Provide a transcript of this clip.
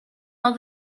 all